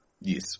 Yes